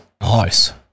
Nice